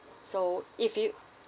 so if you